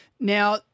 Now